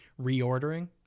reordering